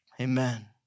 Amen